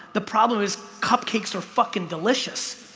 the problem is cupcakes are fucking delicious